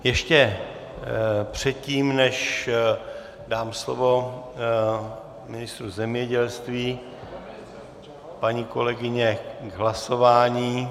Ještě předtím, než dám slovo ministru zemědělství, paní kolegyně k hlasování.